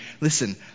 listen